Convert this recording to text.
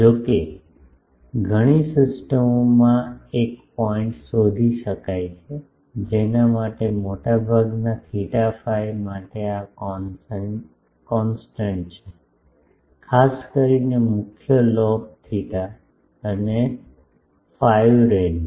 જો કે ઘણી સિસ્ટમોમાં એક પોઇન્ટ શોધી શકાય છે જેના માટે મોટાભાગના થિટા ફાઈ માટે આ કોન્સ્ટન્ટ છે ખાસ કરીને મુખ્ય લોબ થેટા અને ફાઇ રેન્જ